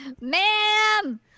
ma'am